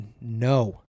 no